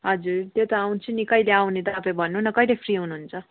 हजुर त्यो त आउँछु नि कहिले आउने त आफैँ भन्नु न कहिले फ्री हुनु हुन्छ